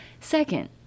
Second